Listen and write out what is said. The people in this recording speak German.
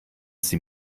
sie